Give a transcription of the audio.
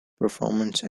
performance